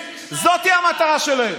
זאת המטרה שלהם.